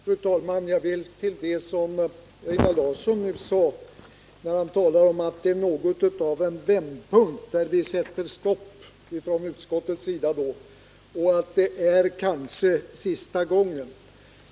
Fru talman! Jag vill säga några ord med anledning av det som Einar Larsson sade, när han talade om att detta är något av en vändpunkt, där utskottet vill sätta stopp och att detta kanske är sista gången som dylikt intrång medges.